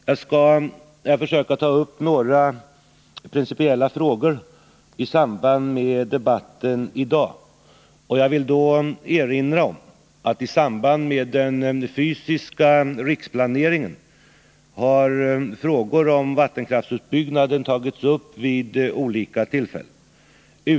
Jag skall försöka ta upp några principiella frågor i samband med debatten i dag. Jag vill då erinra om att frågor om vattenkraftsutbyggnad tagits upp vid olika tillfällen i samband med den fysiska riksplaneringen.